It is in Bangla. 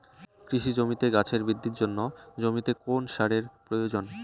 কৃষি জমিতে গাছের বৃদ্ধির জন্য জমিতে কোন সারের প্রয়োজন?